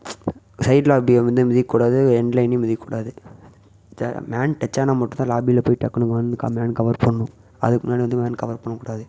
சைட்ல அப்படியே வந்து மிதிக்கக்கூடாது எண்ட் லைனையும் மிதிக்கக்கூடாது ச மேன் டச்சானால் மட்டும் தான் லாபியில போய் டக்குனு அங்கே வந்து கம்ப்ளைண்ட் கவர் பண்ணும் அதுக்கு முன்னாடி வந்து மேன் கவர் பண்ணக்கூடாது